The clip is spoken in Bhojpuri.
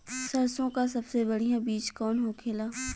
सरसों का सबसे बढ़ियां बीज कवन होखेला?